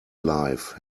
life